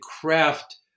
craft